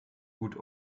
gut